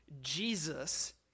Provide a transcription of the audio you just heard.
Jesus